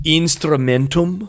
instrumentum